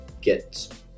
get